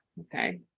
Okay